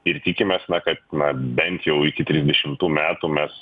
ir tikimės kad na bent jau iki trisdešimtų metų mes